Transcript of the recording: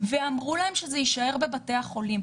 ואמרו להם שזה יישאר בבתי החולים.